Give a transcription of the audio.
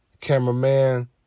cameraman